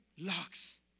locks